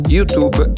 YouTube